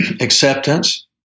acceptance